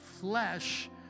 flesh